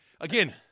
again